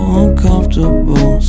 uncomfortable